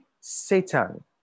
Satan